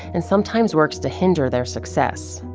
and sometimes works to hinder their success.